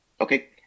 Okay